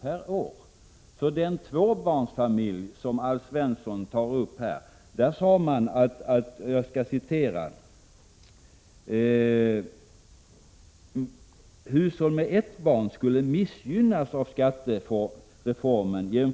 per år. Beträffande tvåbarnsfamiljen, som Alf Svensson tog upp, sade man att hushåll med ett barn skulle missgynnas av skattereformen,